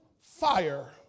fire